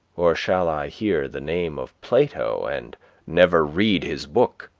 or shall i hear the name of plato and never read his book?